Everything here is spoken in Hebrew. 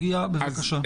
בבקשה.